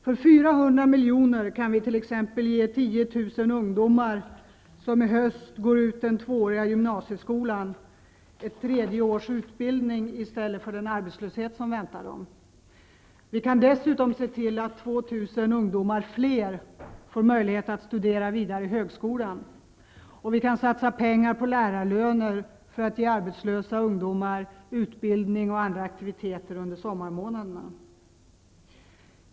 För 400 miljoner kan vi t.ex. ge 10 000 ungdomar som i höst går ut den tvååriga gymnasieskolan ett tredje års utbildning i stället för den arbetslöshet som väntar dem. Vi kan dessutom se till att 2 000 fler ungdomar får möjlighet att studera vidare på högskolan, och vi kan satsa pengar på lärarlöner för att ge arbetslösa ungdomar utbildning eller ordna andra aktiviteter under sommarmånaderna.